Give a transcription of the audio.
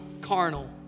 carnal